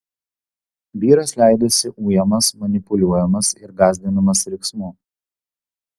vyras leidosi ujamas manipuliuojamas ir gąsdinamas riksmu